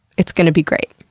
it's gonna be great.